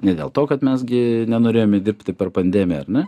ne dėl to kad mes gi nenorėjome dirbti per pandemiją ar ne